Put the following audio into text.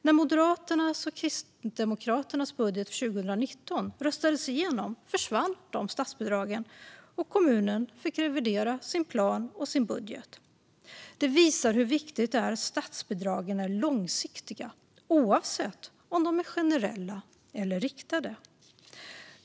När Moderaternas och Kristdemokraternas budget för 2019 röstades igenom försvann dessa statsbidrag, och kommunen fick revidera sin plan och sin budget. Det visar hur viktigt det är att statsbidragen är långsiktiga, oavsett om de är generella eller riktade.